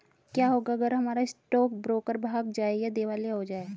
क्या होगा अगर हमारा स्टॉक ब्रोकर भाग जाए या दिवालिया हो जाये?